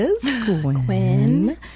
Quinn